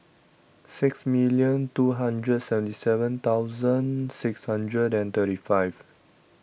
sixty million two hundred seventy seven thousand six hundred and thirty five